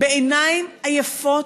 בעיניים עייפות,